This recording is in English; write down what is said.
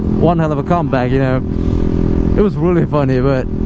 one hell of a comeback you know it was really funny but